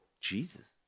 Jesus